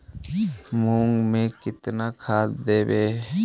मुंग में केतना खाद देवे?